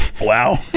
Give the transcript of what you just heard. wow